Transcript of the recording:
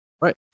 Right